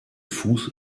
fuß